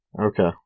Okay